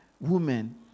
women